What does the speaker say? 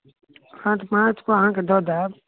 पाँचगो अहाँक दऽ देब